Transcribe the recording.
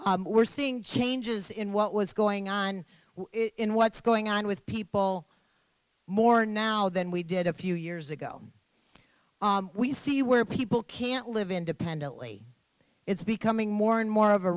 alzheimer's we're seeing changes in what was going on in what's going on with people more now than we did a few years ago we see where people can't live independently it's becoming more and more of a